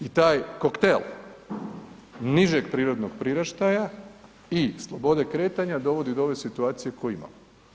I taj koktel nižeg prirodnog priraštaja i slobode kretanja dovodi do ove situacije koju imamo.